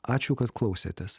ačiū kad klausėtės